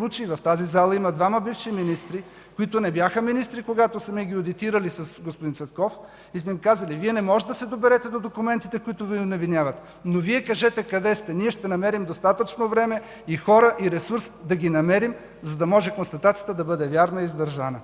защитят. В тази зала има двама бивши министри, които не бяха министри, когато сме ги одитирали с господин Цветков, и сме им казали: „Вие не може да се доберете до документите, които Ви оневиняват, но Вие кажете къде сте – ние ще намерим достатъчно време, хора и ресурс да ги намерим, за да може констатацията да бъде вярна и издържана”.